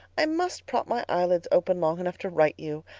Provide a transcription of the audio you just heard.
i must prop my eyelids open long enough to write you.